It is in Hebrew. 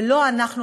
ולא אנחנו,